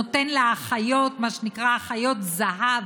נותן לאחיות מה שנקרא "אחיות זהב"